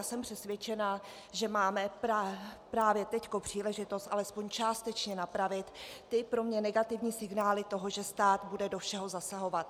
Jsem přesvědčena, že máme právě teď příležitost alespoň částečně napravit ty pro mě negativní signály toho, že stát bude do všeho zasahovat.